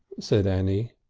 said annie.